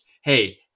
Hey